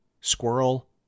squirrel